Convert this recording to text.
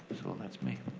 so that's me.